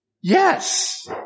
Yes